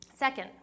Second